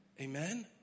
Amen